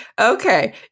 Okay